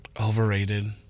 Overrated